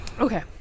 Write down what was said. Okay